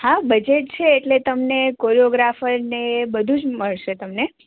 હા બજેટ છે એટલે તમને કોરીઓગ્રાફર ને બધું જ મળશે તમને